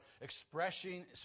expressing